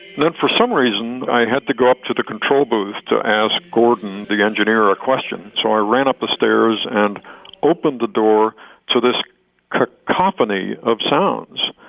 then for some reason i had to go up to the control booth to ask gordon, the engineer, a question, so i ran up the stairs and opened the door to this cacophony of sounds.